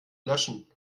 löschen